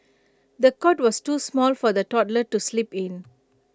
the cot was too small for the toddler to sleep in